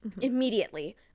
immediately